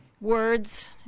words